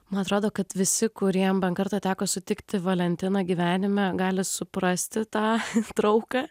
man atrodo kad visi kuriem bent kartą teko sutikti valentiną gyvenime gali suprasti tą trauką